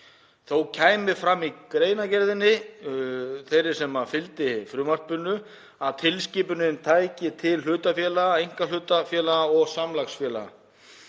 Þó kæmi fram í greinargerð sem fylgdi frumvarpinu að tilskipunin tæki til hlutafélaga, einkahlutafélaga og samlagsfélaga.